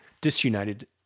disunited